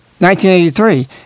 1983